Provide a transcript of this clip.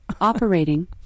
operating